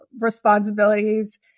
responsibilities